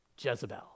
Jezebel